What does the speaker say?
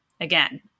again